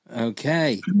Okay